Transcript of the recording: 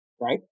right